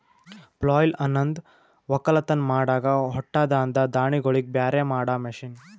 ಪ್ಲಾಯ್ಲ್ ಅನಂದ್ ಒಕ್ಕಲತನ್ ಮಾಡಾಗ ಹೊಟ್ಟದಾಂದ ದಾಣಿಗೋಳಿಗ್ ಬ್ಯಾರೆ ಮಾಡಾ ಮಷೀನ್